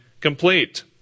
complete